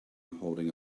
holding